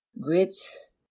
grits